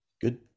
Good